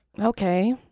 Okay